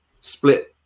split